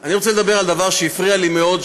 אני רוצה לדבר על דבר שהפריע לי מאוד,